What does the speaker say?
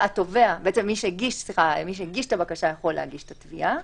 מי שהגיש את הבקשה יכול להגיש את התביעה,